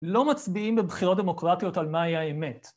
לא מצביעים בבחירות דמוקרטיות על מהי האמת.